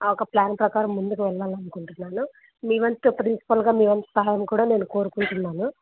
ఆ ఒక ప్లాన్ ప్రకారం ముందుకు వెళ్ళాలనుకుంటున్నాను మీవంతు ప్రిన్సిపల్గా మీవంతు సహాయం కూడా నేను కోరుకుంటున్నాను